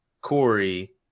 Corey